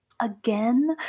again